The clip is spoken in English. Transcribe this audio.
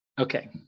Okay